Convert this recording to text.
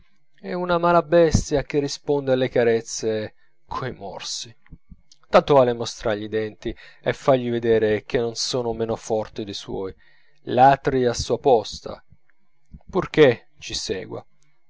è una mala bestia che risponde alle carezze coi morsi tanto vale mostrargli i denti e fargli vedere che non sono meno forti dei suoi latri a sua posta purchè ci segua